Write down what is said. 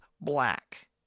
black